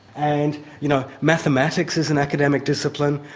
and you know mathematics is an academic discipline,